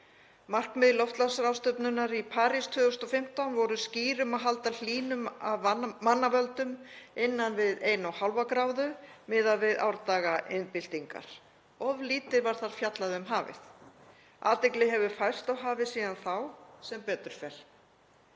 Markmið loftslagsráðstefnunnar í París 2015 voru skýr um að halda hlýnun af manna völdum innan við 1,5°C miðað við árdaga iðnbyltingar. Of lítið var þar fjallað um hafið. Athyglin hefur færst á hafið síðan þá, sem betur fer.